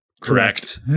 correct